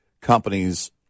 companies